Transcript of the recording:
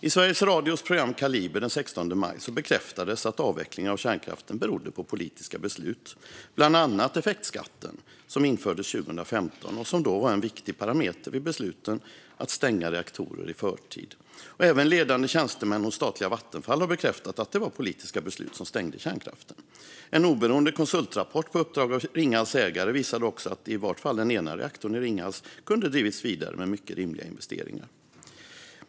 I Sveriges Radios program Kaliber den 16 maj bekräftades att avvecklingen av kärnkraften berodde på politiska beslut, bland annat effektskatten som infördes 2015 och som då var en viktig parameter vid besluten att stänga reaktorer i förtid. Även ledande tjänstemän hos statliga Vattenfall har bekräftat att det var politiska beslut som stängde kärnkraften. En oberoende konsultrapport på uppdrag av Ringhals ägare visade också att i vart fall den ena reaktorn i Ringhals kunde ha drivits vidare med mycket rimliga investeringar.